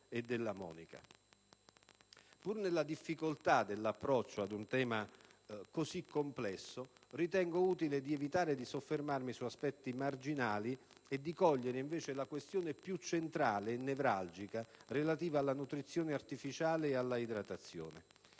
e Della Monica. Pur nella difficoltà dell'approccio ad un tema così complesso, ritengo utile evitare di soffermarmi su aspetti marginali e cogliere invece la questione più centrale e nevralgica relativa alla nutrizione artificiale e alla idratazione.